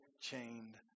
chained